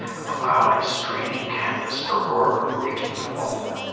a cloud of straining canvas, a roar of breaking foam,